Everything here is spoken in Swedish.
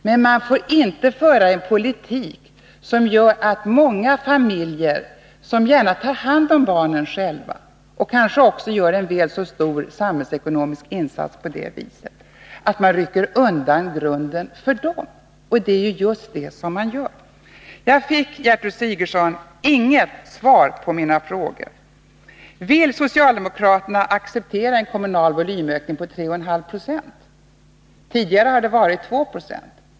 Men man får inte föra en politik som gör att många barnfamiljer som gärna tar hand om barnen själva och som kanske också gör en väl så stor samhällsekonomisk insats på det viset får grunden härför undanryckt. Men det är just det man gör. Jag fick, Gertrud Sigurdsen, inget svar på mina frågor. Vill socialdemokraterna acceptera en kommunal volymökning på 3,5 96? Tidigare har det varit 2 Zo.